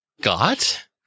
got